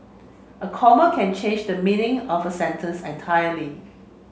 a comma can change the meaning of a sentence entirely